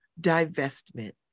divestment